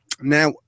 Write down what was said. Now